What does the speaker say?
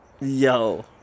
Yo